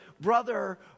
brother